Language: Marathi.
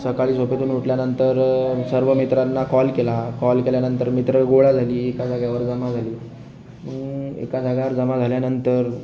सकाळी झोपेतून उठल्यानंतर सर्व मित्रांना कॉल केला कॉल केल्यानंतर मित्र गोळा झाले एका जागेवर जमा झाले मग एका जागेवर जमा झाल्यानंतर